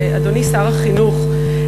אדוני שר החינוך,